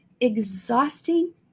exhausting